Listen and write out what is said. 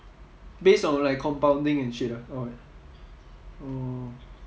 based on like compounding and shit ah or what oh